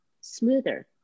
smoother